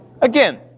Again